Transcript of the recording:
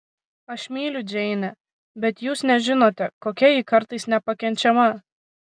aš myliu džeinę bet jūs nežinote kokia ji kartais nepakenčiama